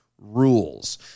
rules